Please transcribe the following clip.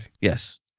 Yes